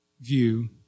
view